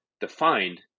defined